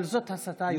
אבל זאת הסתה, יואב.